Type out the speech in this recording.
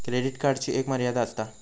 credit कार्डची एक मर्यादा आसता